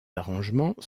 arrangements